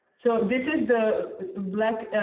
so this is the black